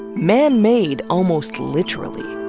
man-made, almost literally.